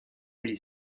degli